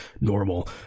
normal